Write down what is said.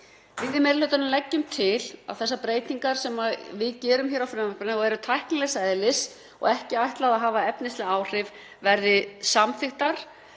Við í meiri hlutanum leggjum til að þessar breytingar sem við gerum á frumvarpinu og eru tæknilegs eðlis og ekki ætlað að hafa efnisleg áhrif verði samþykktar.